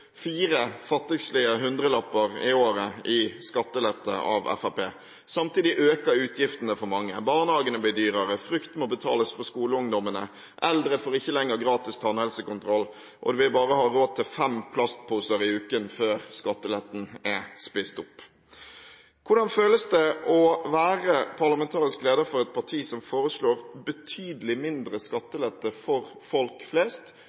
fire fattigslige hundrelapper i året i skattelette av Fremskrittspartiet. Samtidig øker utgiftene for mange. Barnehagene blir dyrere, frukt må betales for skoleungdommene, eldre får ikke lenger gratis tannhelsekontroll, og en vil bare ha råd til fem plastposer i uken før skatteletten er spist opp. Hvordan føles det å være parlamentarisk leder for et parti som foreslår betydelig mindre skattelette for folk flest